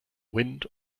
wind